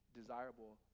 desirable